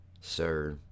sir